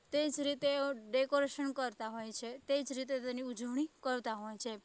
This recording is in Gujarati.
તે જ રીતે ડેકોરેસન કરતા હોય છે તે જ રીતે તેની ઉજવણી કરતા હોય છે